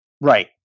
right